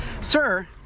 Sir